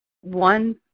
one